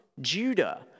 Judah